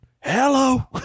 Hello